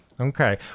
okay